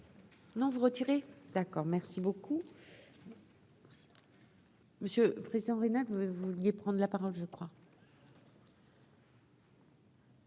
non vous retirer d'accord merci beaucoup. Monsieur Christian Brunel, vous vouliez prendre la parole, je crois.